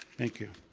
thank you.